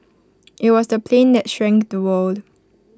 IT was the plane that shrank the world